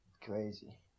crazy